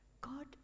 God